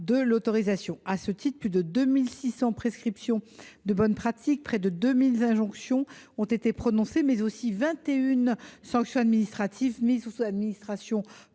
de l’autorisation. À ce titre, plus de 2 600 prescriptions de bonnes pratiques et près de 2 000 injonctions ont été prononcées, ainsi que vingt et une sanctions administratives : mises sous administration